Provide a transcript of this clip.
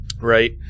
right